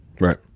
right